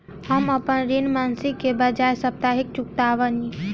हम अपन ऋण मासिक के बजाय साप्ताहिक चुकावतानी